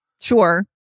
Sure